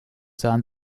sahen